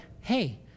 hey